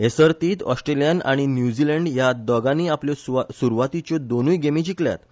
हे सर्तींत ऑस्ट्रेलियान आनी न्युझिलंड ह्या दोगानी आपल्यो सुरवातीच्यो दोनुय गेमी जिकल्यात